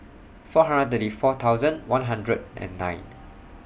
four hundred and thirty four thousand one hundred and nine